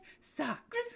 socks